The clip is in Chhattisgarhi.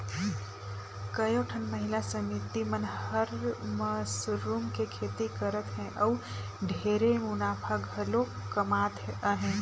कयोठन महिला समिति मन हर मसरूम के खेती करत हें अउ ढेरे मुनाफा घलो कमात अहे